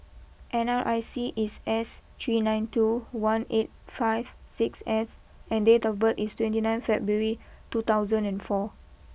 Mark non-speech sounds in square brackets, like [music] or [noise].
N R I C is S three nine two one eight five six F [noise] and date of birth is twenty nine February two thousand and four